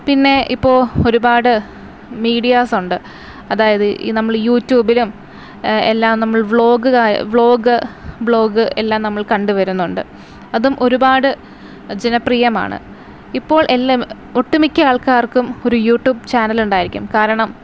പിന്നെ ഇപ്പോൾ ഒരുപാട് മീഡിയാസുണ്ട് അതായത് ഈ നമ്മൾ യൂട്യൂബിലും എല്ലാം നമ്മൾ വ്ളോഗ് ബ്ലോഗ് അത് എല്ലാം നമ്മൾ കണ്ട് വരുന്നുണ്ട് അതും ഒരുപാട് ജനപ്രിയമാണ് ഇപ്പോൾ എല്ലാം ഒട്ടുമിക്ക ആൾക്കാർക്കും ഒരു യൂട്യൂബ് ചാനലുണ്ടായിരിക്കും കാരണം